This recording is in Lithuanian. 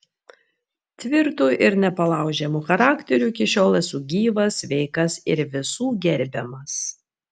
tvirtu ir nepalaužiamu charakteriu iki šiol esu gyvas sveikas ir visų gerbiamas